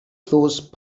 those